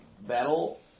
battle